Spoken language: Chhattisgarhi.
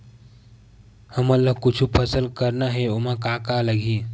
हमन ला कुछु फसल करना हे ओमा का का लगही?